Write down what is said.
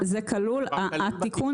התיקון